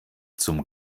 zum